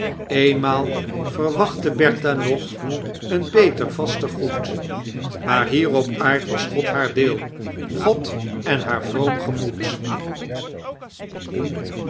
eenmaal verwachtte bertha nog een beter vaster goed maar hier op aard was god haar deel god en haar vroom gemoed